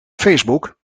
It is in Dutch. facebook